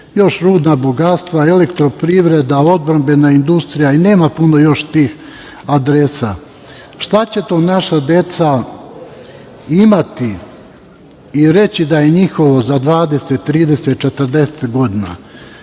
još rudna bogatstva, elektroprivreda, odbrambena industrija i nema puno još tih adresa. Šta će to naša deca imati i reći da je njihovo za 20, 30, 40 godina. Ovo